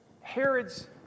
Herod's